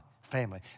family